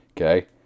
okay